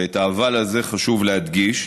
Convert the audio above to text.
ואת ה"אבל" הזה חשוב להדגיש,